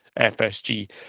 FSG